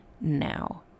now